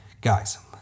Guys